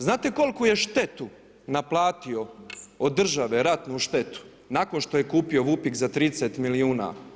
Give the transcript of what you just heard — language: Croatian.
Znate koliko ju štetu naplatio od države, ratnu štetu nakon što je kupio VUPIK za 30 milijuna?